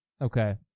Okay